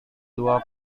dua